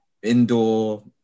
Indoor